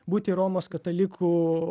būti romos katalikų